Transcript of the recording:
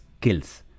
kills